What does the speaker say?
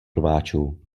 rváčů